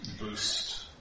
boost